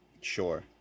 Sure